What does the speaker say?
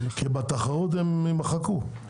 כי בתחרות הם יימחקו.